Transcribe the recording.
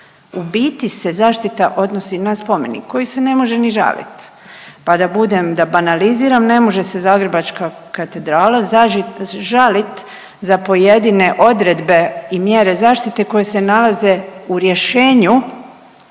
biti se zaštita odnosi na spomenik koji se ne može ni žalit, pa da budem, da banaliziram ne može se Zagrebačka katedrala žalit za pojedine odredbe i mjere zaštite koje se nalaze u rješenju